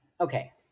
okay